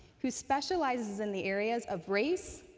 who specializes in the areas of race,